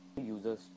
users